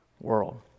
world